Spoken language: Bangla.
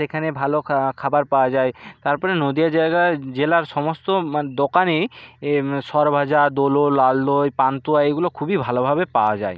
সেখানে ভালো খাবার পাওয়া যায় তারপরে নদীয়া জায়গা জেলার সমস্ত মা দোকানেই এ স্বর ভাজা দোলো লাল দই পান্তুয়া এইগুলো খুবই ভালোভাবে পাওয়া যায়